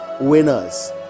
winners